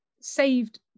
saved